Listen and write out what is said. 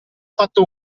fatto